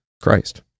Christ